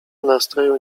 nastroju